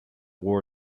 war